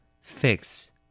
Fix